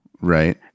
Right